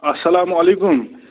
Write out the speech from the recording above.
اَسلامُ علیکُم